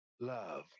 love